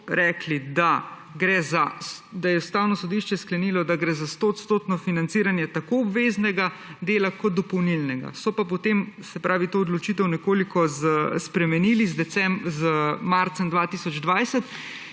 rekli, da je Ustavno sodišče sklenilo, da gre za 100-odstotno financiranje tako obveznega dela kot dopolnilnega. So pa potem to odločitev nekoliko spremenili z marcem 2020